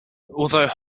although